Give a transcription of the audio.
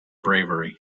bravery